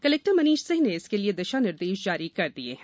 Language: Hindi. कलेक्टर मनीष सिंह ने इसके लिये दिशा निर्देश जारी कर दिए हैं